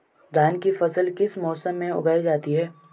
धान की फसल किस मौसम में उगाई जाती है?